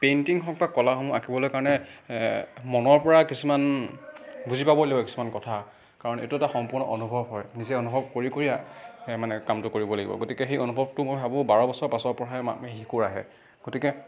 painting হওক বা কলাসমূহ আঁকিবলৈ কাৰণে মনৰ পৰা কিছুমান বুজি পাব লাগিব কিছুমান কথা কাৰণ এইটো এটা সম্পূৰ্ণ অনুভৱ হয় নিজে অনুভৱ কৰি কৰি মানে কামটো কৰিব লাগিব গতিকে সেই অনুভৱটো মই ভাবোঁ বাৰ বছৰ পাছৰ পৰাহে ম শিশুৰ আহে গতিকে